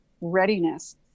readiness